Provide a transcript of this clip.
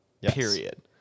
period